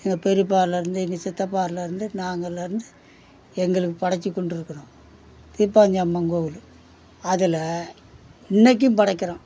எங்கள் பெரியப்பாலருந்து எங்கள் சித்தப்பாரிலருந்து நாங்களிலருந்து எங்களுக்குப் படைத்து கொண்டு இருக்கிறோம் தீப்பாஞ்சி அம்மன் கோவில் அதில் இன்றைக்கும் படைக்கிறோம்